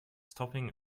stopping